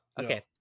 Okay